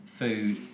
food